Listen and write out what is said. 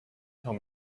tell